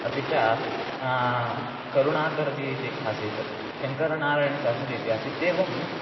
अपि च करुणाकर्जि इति आसीत् शङ्करनारायणशास्त्री इति आसीत् इत्येवम्